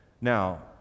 Now